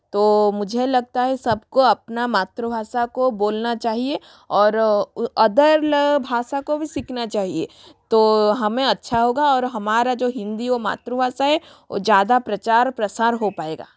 तो मुझे लगता है सब को अपना मातृभाषा को बोलना चाहिए और अदर ल भाषा को भी सीखना चाहिए तो हमें अच्छा होगा और हमारा जो हिंदी वो मातृभाषा है ओ ज़्यादा प्रचार प्रसार हो पाएगा